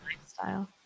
lifestyle